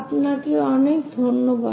আপনাকে অনেক ধন্যবাদ